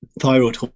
thyroid